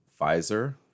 Pfizer